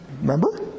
Remember